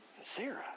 Sarah